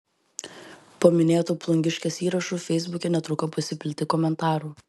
po minėtu plungiškės įrašu feisbuke netruko pasipilti komentarų